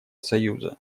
союза